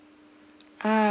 ah